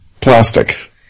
plastic